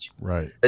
Right